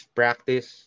practice